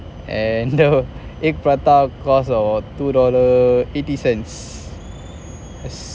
and the egg prata cost uh two dollar eighty cents